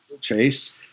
Chase